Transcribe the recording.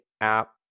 app